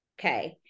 okay